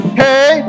hey